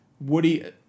Woody